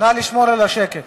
נא לשמור על השקט.